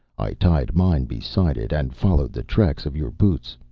i tied mine beside it and followed the tracks of your boots.